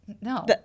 No